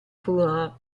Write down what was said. furono